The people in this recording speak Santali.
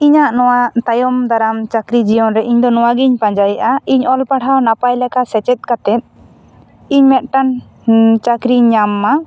ᱤᱧᱟ ᱜ ᱱᱚᱣᱟ ᱛᱟᱭᱚᱢ ᱫᱟᱨᱟᱢ ᱪᱟᱹᱠᱨᱤ ᱡᱤᱭᱚᱱ ᱨᱮ ᱤᱧ ᱫᱚ ᱱᱚᱣᱟ ᱜᱮᱧ ᱯᱟᱸᱡᱟᱭᱮᱜᱼᱟ ᱤᱧ ᱚᱞ ᱯᱟᱲᱦᱟᱣ ᱱᱟᱯᱟᱭ ᱞᱮᱠᱟ ᱥᱮᱪᱮᱫ ᱠᱟᱛᱮ ᱤᱧ ᱢᱤᱫ ᱴᱟᱱ ᱪᱟᱹᱠᱨᱤᱧ ᱧᱟᱢᱢᱟ